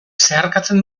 zeharkatzen